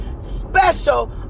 special